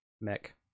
mech